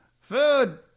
Food